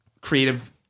creative